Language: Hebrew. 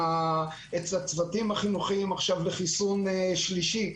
הצוותים החינוכיים עכשיו להתחסן פעם שלישית,